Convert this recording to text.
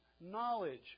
knowledge